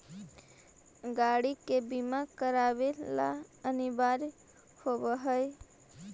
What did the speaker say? गाड़ि के बीमा करावे ला अनिवार्य होवऽ हई